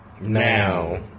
Now